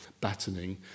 battening